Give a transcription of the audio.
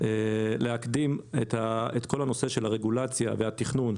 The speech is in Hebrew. להקדים את כל הנושא של הרגולציה והתכנון.